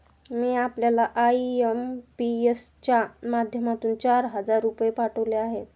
मी आपल्याला आय.एम.पी.एस च्या माध्यमातून चार हजार रुपये पाठवले आहेत